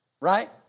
Right